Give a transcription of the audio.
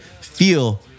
feel